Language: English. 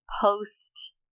post